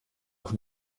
auf